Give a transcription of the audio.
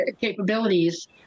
capabilities